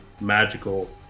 magical